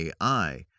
AI